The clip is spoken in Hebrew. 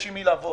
יש עם מי לעבוד.